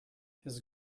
his